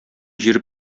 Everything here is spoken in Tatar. җире